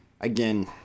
Again